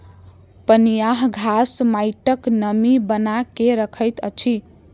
पनियाह घास माइटक नमी बना के रखैत अछि